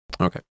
Okay